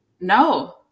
No